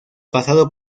pasado